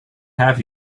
have